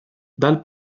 dal